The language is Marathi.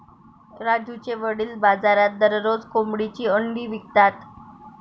राजूचे वडील बाजारात दररोज कोंबडीची अंडी विकतात